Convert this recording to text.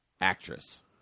Actress